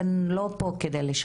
אתן לא פה כדי להיות